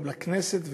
לכנסת,